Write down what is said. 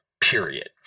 period